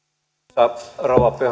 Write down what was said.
arvoisa rouva